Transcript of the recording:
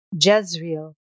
Jezreel